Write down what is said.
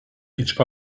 each